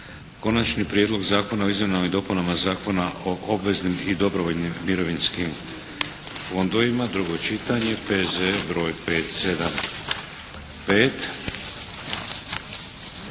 Konačni prijedlog zakona o izmjenama i dopunama Zakona o obveznim i dobrovoljnim mirovinskim fondovima, drugo čitanje, P.Z.E. br. 575.